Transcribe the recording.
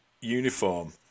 uniform